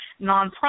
nonprofit